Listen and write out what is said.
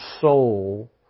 soul